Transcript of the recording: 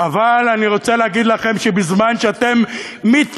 אבל אני רוצה להגיד לכם שבזמן שאתם מתנכללים,